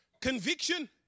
Conviction